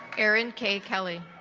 aaron k kelly